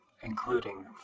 including